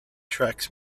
tracks